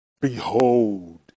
behold